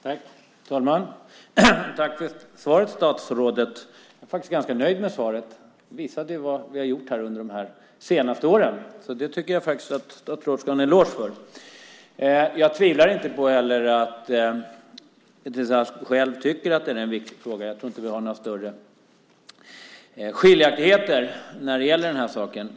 Fru talman! Tack för svaret, statsrådet. Jag är faktiskt ganska nöjd med svaret. Det visar vad vi har gjort de senaste åren. Det tycker jag att statsrådet ska ha en eloge för. Jag tvivlar inte på att Beatrice Ask tycker att det är en viktig fråga. Jag tror inte att det råder några större skiljaktigheter när det gäller den här saken.